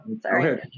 sorry